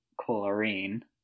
chlorine